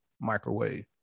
microwave